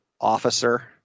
officer